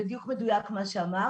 זה בדיוק מדויק מה שאמרת.